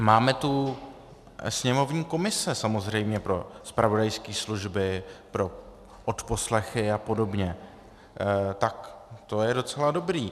Máme tu sněmovní komise samozřejmě pro zpravodajské služby, pro odposlechy apod., tak to je docela dobré.